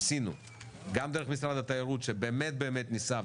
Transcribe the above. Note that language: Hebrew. ניסינו גם דרך משרד התיירות שבאמת באמת ניסה,